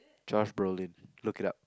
Josh-Brolin look it up